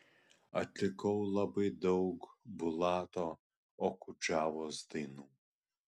atlikau labai daug bulato okudžavos dainų